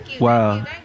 wow